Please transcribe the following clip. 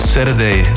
Saturday